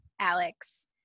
Alex